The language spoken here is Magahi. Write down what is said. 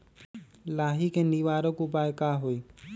लाही के निवारक उपाय का होई?